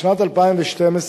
בשנת 2013,